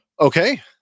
Okay